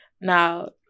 Now